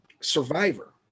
Survivor